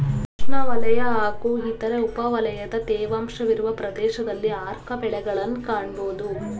ಉಷ್ಣವಲಯ ಹಾಗೂ ಇದರ ಉಪವಲಯದ ತೇವಾಂಶವಿರುವ ಪ್ರದೇಶದಲ್ಲಿ ಆರ್ಕ ಬೆಳೆಗಳನ್ನ್ ಕಾಣ್ಬೋದು